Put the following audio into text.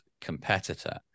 competitor